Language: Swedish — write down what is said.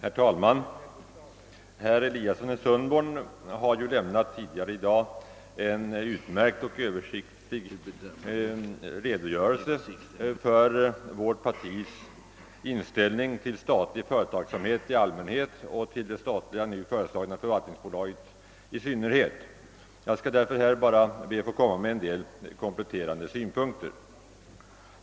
Herr talman! Herr Eliasson i Sundborn har tidigare i dag lämnat en utmärkt översiktlig redogörelse för vårt partis inställning till statlig företagsamhet i allmänhet och till det nu föreslagna statliga förvaltningsbolaget i synnerhet. Jag skall därför här bara anföra en del kompletterande synpunkter.